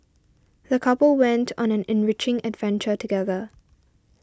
the couple went on an enriching adventure together